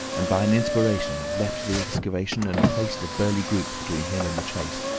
and by an inspiration leapt the excavation and placed a burly group between him and the chase.